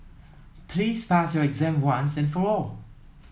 please pass your exam once and for all